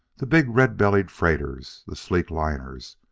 the big, red-bellied freighters, the sleek liners,